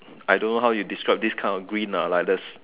I don't know how you describe this kind of green lah like the